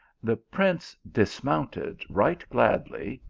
the prince dismounted right gladly,